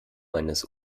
eines